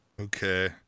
Okay